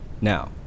Now